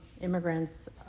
immigrants